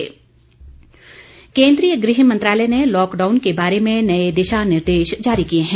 guidelines केन्द्रीय गृह मंत्रालय ने लॉकडाउन के बारे में नए दिशा निर्देश जारी किए हैं